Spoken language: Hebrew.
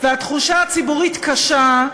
והתחושה הציבורית קשה,